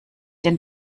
den